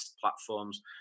platforms